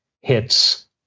hits